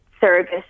service